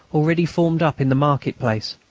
already formed up in the market-place.